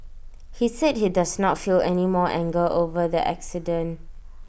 he said he does not feel any more anger over the accident